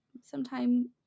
sometime